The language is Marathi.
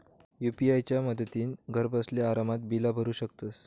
यू.पी.आय च्या मदतीन घरबसल्या आरामात बिला भरू शकतंस